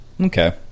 Okay